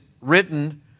written